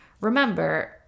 remember